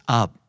up